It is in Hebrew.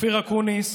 אופיר אקוניס,